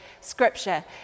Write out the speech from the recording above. scripture